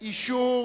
את אישור